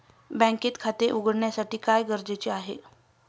बँकेत खाते उघडण्यासाठी काय गरजेचे आहे?